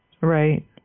Right